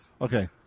Okay